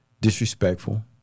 disrespectful